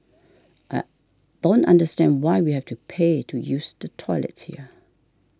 I don't understand why we have to pay to use the toilets here